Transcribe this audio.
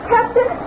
Captain